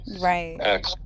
Right